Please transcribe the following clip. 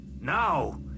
Now